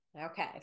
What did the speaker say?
Okay